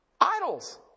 Idols